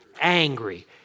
angry